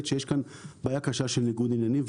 שיש כאן בעיה קשה של ניגוד עניינים,